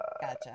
Gotcha